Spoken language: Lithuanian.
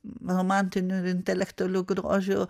romantiniu ir intelektualiu grožiu